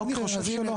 ואני חושב שלא.